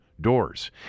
doors